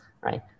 right